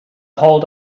hold